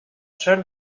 ser